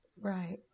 Right